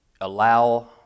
allow